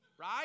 right